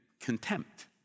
contempt